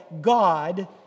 God